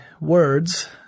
words